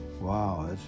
Wow